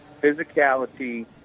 physicality